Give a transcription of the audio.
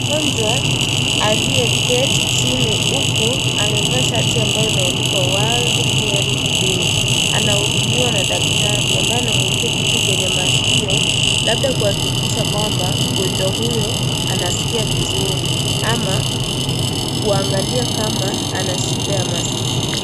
Mgonjwa aliyeketi chini huku amevaa shati ambayo imeandikwa World hearing day anahudumiwa na daktari ambaye amemwekea kitu kwa maskio labda kuhakikisha mgonjwa huyo anaskia vizuri ama kuangalia kama ana shida ya maskio.